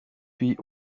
puis